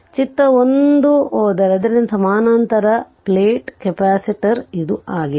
ಚಿತ್ರ 1 ಹೋದರೆ ಆದ್ದರಿಂದ ಸಮಾನಾಂತರ ಪ್ಲೇಟ್ ಕೆಪಾಸಿಟರ್ ಇದು ಆಗಿದೆ